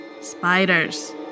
spiders